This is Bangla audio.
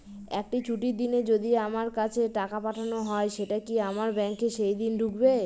একটি ছুটির দিনে যদি আমার কাছে টাকা পাঠানো হয় সেটা কি আমার ব্যাংকে সেইদিন ঢুকবে?